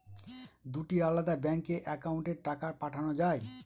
দুটি আলাদা ব্যাংকে অ্যাকাউন্টের টাকা পাঠানো য়ায়?